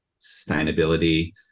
sustainability